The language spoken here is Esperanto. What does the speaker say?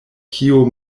kio